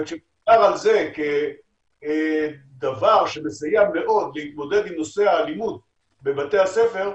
כשמדובר על זה כדבר שמסייע מאוד להתמודד עם נושא האלימות בבתי הספר,